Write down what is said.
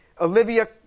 Olivia